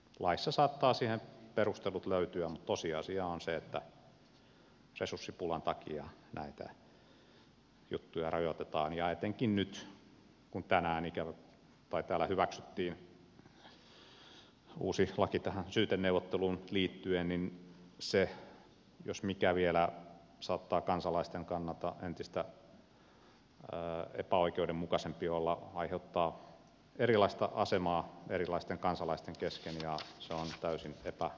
laissa saattaa siihen perustelut löytyä mutta tosiasia on se että resurssipulan takia näitä juttuja rajoitetaan ja etenkin nyt kun täällä hyväksyttiin uusi laki tähän syyteneuvotteluun liittyen niin se jos mikä vielä saattaa kansalaisten kannalta entistä epäoikeudenmukaisempi olla ja aiheuttaa erilaista asemaa erilaisten kansalaisten kesken ja se on täysin epäoikeudenmukaista